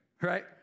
right